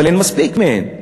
אבל אין מספיק מהם,